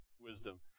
wisdom